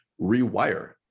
rewire